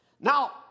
Now